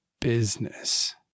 business